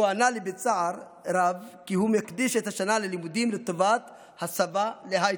והוא ענה לי בצער רב כי הוא מקדיש את השנה ללימודים לטובת הסבה להייטק.